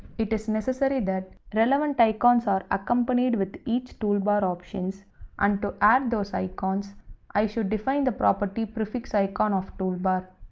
it is necessary that relevant icons are accompanied with each toolbar options and to add those icons i should define the property prefix icon of toolbar.